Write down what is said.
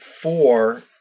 four